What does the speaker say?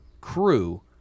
crew